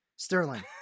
Sterling